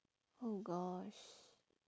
oh gosh